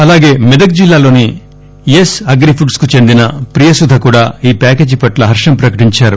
అలాగే మెదక్ జిల్లాలోని S agrifoods కు చెందిన ప్రియసుధ కూడా ఈ ప్యాకేజీ పట్ల హర్వం ప్రకటించారు